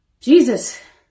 Jesus